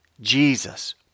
Jesus